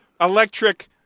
electric